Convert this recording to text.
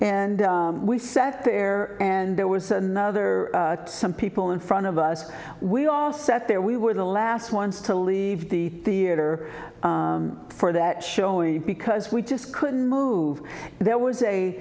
and we sat there and there was another some people in front of us we all sat there we were the last ones to leave the theater for that showing because we just couldn't move there was a